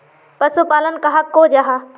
पशुपालन कहाक को जाहा?